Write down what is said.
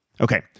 Okay